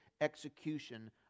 execution